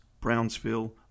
Brownsville